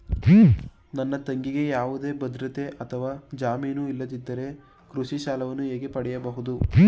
ನನ್ನ ತಂಗಿಗೆ ಯಾವುದೇ ಭದ್ರತೆ ಅಥವಾ ಜಾಮೀನು ಇಲ್ಲದಿದ್ದರೆ ಕೃಷಿ ಸಾಲವನ್ನು ಹೇಗೆ ಪಡೆಯಬಹುದು?